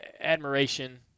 admiration